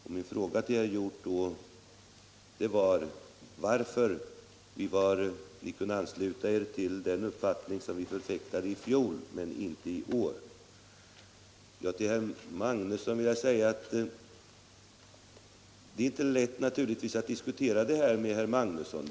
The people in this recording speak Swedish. Därför frågade jag herr Hjorth varför ni i fjol kunde ansluta er till den uppfattning som vi då förfäktade men inte till samma uppfattning i år. Till:herr Magnusson i Kristinehamn vill jag säga att det naturligtvis inte är lätt att diskutera detta med honom.